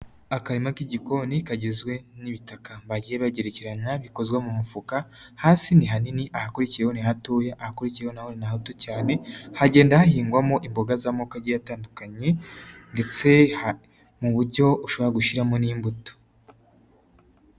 Akarima k'igikoni kagizwe n'ibitaka bagiye bagerekeranya, bikozwe mu mufuka, hasi ni hanini, ahakurikiyeho ni hatoya, ahakurikiye ni hato cyane, hagenda hahingwamo imboga z'amoko atandukanye, ndetse mu buryo ushobora gushyiramo n'imbuto.